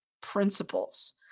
principles